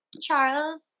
Charles